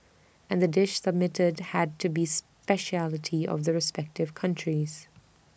and the dish submitted had to be speciality of the respective countries